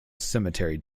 cemetery